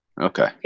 Okay